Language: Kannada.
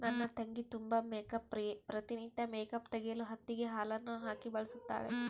ನನ್ನ ತಂಗಿ ತುಂಬಾ ಮೇಕ್ಅಪ್ ಪ್ರಿಯೆ, ಪ್ರತಿ ನಿತ್ಯ ಮೇಕ್ಅಪ್ ತೆಗೆಯಲು ಹತ್ತಿಗೆ ಹಾಲನ್ನು ಹಾಕಿ ಬಳಸುತ್ತಾಳೆ